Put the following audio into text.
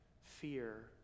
fear